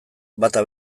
bata